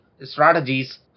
strategies